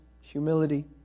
humility